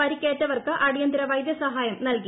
പരിക്കേറ്റവർക്ക് അടിയന്തര വൈദ്യസഹായം നൽകി